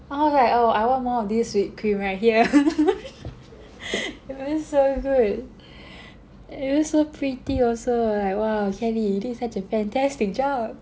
I was like oh I want more of this whipped cream right here it was so good it was so pretty also like !wow! Kelly this such a fantastic job